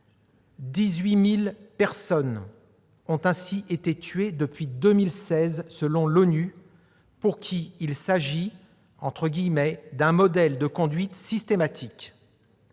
18 000 personnes ont été tuées depuis 2016 selon l'ONU, pour qui il s'agit d'un « modèle de conduite systématique